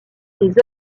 des